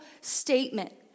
statement